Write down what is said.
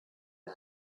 wir